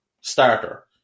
starter